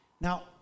Now